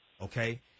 Okay